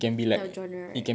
type of genre right